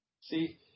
See